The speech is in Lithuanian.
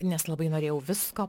nes labai norėjau visko